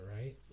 right